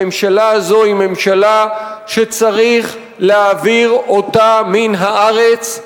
הממשלה הזאת היא ממשלה שצריך להעביר אותה מן הארץ,